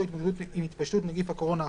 התמודדות עם התפשטות נגיף הקורונה החדש,